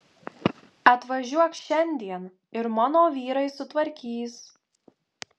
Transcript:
atvažiuok šiandien ir mano vyrai sutvarkys